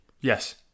Yes